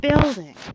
building